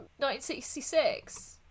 1966